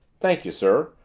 thank you, sir,